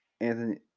Anthony